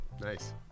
nice